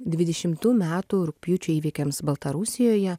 dvidešimtų metų rugpjūčio įvykiams baltarusijoje